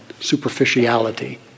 superficiality